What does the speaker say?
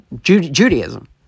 Judaism